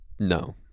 No